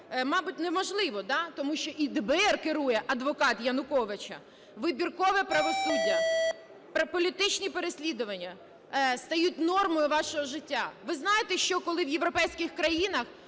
мабуть неможливо, тому що і ДБР керує адвокат Януковича. Вибіркове правосуддя, про політичні переслідування стають нормою вашого життя. Ви знаєте, що коли в європейських країнах